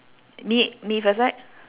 me me first right